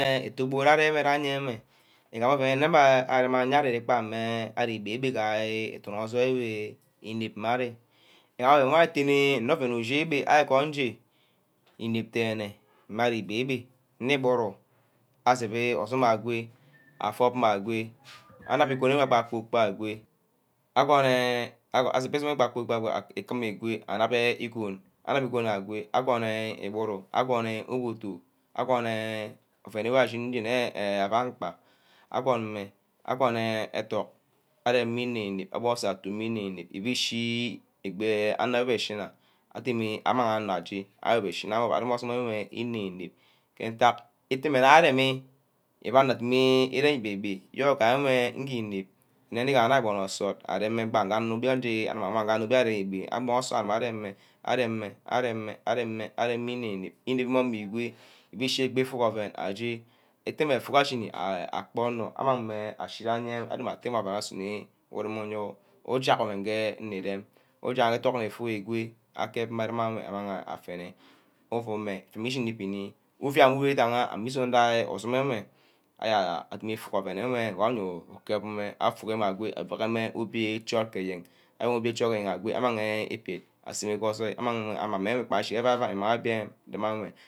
Iteukpot aye rerear am mi egan oven wor abe ayere ari íbîbîbíb ìdunmi igama oven woh atterner nne unor ni bì ibe ari igama i nep theyner nne iburo asep usome awake atōm mma agoe anam îgon mey kpor kpor aquiake a gonel aih asep isum kpor pkork aquiake anap igon anap igon igon war ashìnì nne abankpa agun mme agun ethok arem mme inanap awoke mme înanap ishî ebor anap shìshìna amang anor aje aworp orsume ayo inenap kentack iteme mmeh îna aremi agbor onor adibi îrem ibebed wor gayeme îkìnep then igane abonor nisord mme ga onor bare abonosort areme areme areme areme areme inep̠̠̠̠̠̠̠̠̱̱̠ ̵ ìnep ìnep womor îgor agbi îshí egbi īfuk oven aje îtemeh eifuk ashini ah ah akpornor amang meh ashiane adorme atte won oven war asuno îren îyowor ntack wonge înirem. ífuk athok we go among mme afene îshìni íbini ovea ídangha avene îzome gee orsunne nwe aje afuk oven wor îkep îgo avak mme obîea chot ke ayen amang obiò aseme ke ojoi amang mme íshime avìa avai